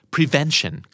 Prevention